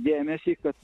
dėmesį kad